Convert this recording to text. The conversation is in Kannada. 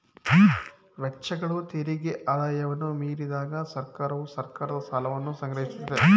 ವೆಚ್ಚಗಳು ತೆರಿಗೆ ಆದಾಯವನ್ನ ಮೀರಿದಾಗ ಸರ್ಕಾರವು ಸರ್ಕಾರದ ಸಾಲವನ್ನ ಸಂಗ್ರಹಿಸುತ್ತೆ